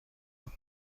لطفا